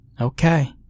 Okay